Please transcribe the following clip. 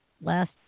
last